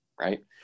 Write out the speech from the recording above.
Right